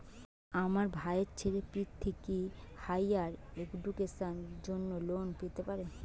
আমার ভাইয়ের ছেলে পৃথ্বী, কি হাইয়ার এডুকেশনের জন্য লোন পেতে পারে?